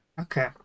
Okay